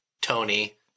Tony